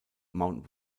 mount